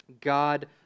God